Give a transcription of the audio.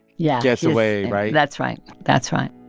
yeah. gets away. right? that's right. that's right